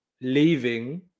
leaving